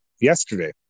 yesterday